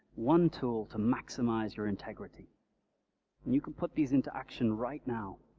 one tool to maximize your integrity. and you can put these into action right now.